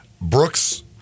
Brooks